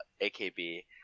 akb